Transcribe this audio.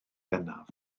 bennaf